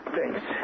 Thanks